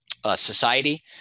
Society